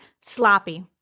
sloppy